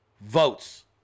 votes